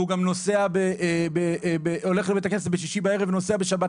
הוא הולך בשישי בערב לבית הכנסת ובשבת נוסע לים,